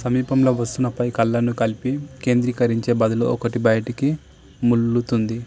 సమీపంలో వస్తున్న పై కళ్ళను కలిపి కేంద్రీకరించే బదులు ఒకటి బయటికి ముళ్ళుతుంది